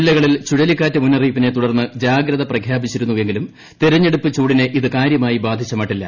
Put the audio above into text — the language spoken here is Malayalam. ജില്ലകളിൽ ചുഴലിക്കാറ്റ് മുന്നറിപ്പിനെ തുടർന്ന് ജാഗ്രത പ്രഖ്യാപിച്ചിരുന്നെങ്കിലും തെരഞ്ഞെടുപ്പ് ചൂടിനെ ഇത് കാര്യമായി ബാധിച്ച മട്ടില്ല